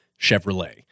Chevrolet